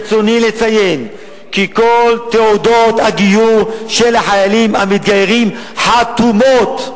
ברצוני לציין כי כל תעודות הגיור של החיילים המתגיירים חתומות".